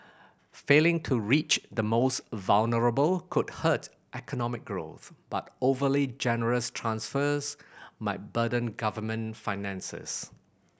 failing to reach the most vulnerable could hurt economic growth but overly generous transfers might burden government finances